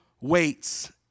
waits